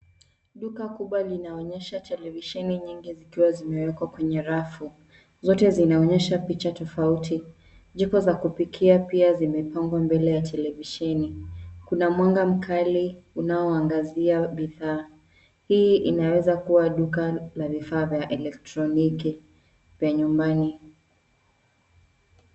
Duka kubwa linaonyesha televisheni nyingi zikiwa zimewekwa kwenye rafu. Zote zinaonyesha picha tofauti. Jiko za kupikia pia zimepangwa mbele ya televisheni. Kuna mwanga mkali unaoangazia bidhaa. Hii inaweza kua duka la vifaa vya elekroniki vya nyumbani.